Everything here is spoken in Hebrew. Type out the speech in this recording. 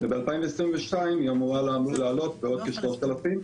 וב-2022 היא אמורה לעלות בעוד כ-3,000,